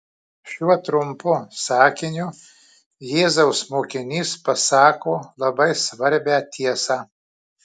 šiuo trumpu sakiniu jėzaus mokinys pasako labai svarbią tiesą